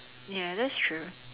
ya that's true